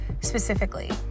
specifically